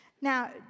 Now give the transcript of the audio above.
Now